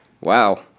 wow